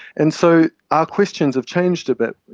and so our questions have changed a bit.